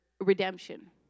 redemption